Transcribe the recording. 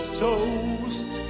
toast